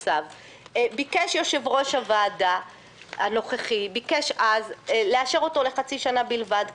ביקש אז יושב-ראש הוועדה הנוכחי לאשר אותו לחצי שנה בלבד,